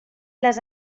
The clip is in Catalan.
les